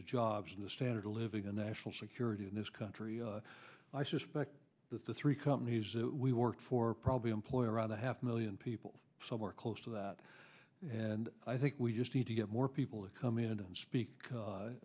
of jobs in the standard of living and national security in this country i suspect that the three companies that we work for probably employ around the half million people somewhere close to that and i think we just need to get more people to come in to speak